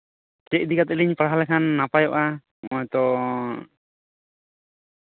ᱪᱮᱫ ᱤᱫᱤ ᱠᱟᱛᱮᱫ ᱞᱤᱧ ᱯᱟᱲᱦᱟᱣ ᱞᱮᱱᱠᱷᱟᱱ ᱱᱟᱯᱟᱭᱚᱜᱼᱟ ᱱᱚᱜᱼᱚᱭ ᱛᱚ